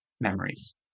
memories